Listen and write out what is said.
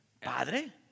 ¿Padre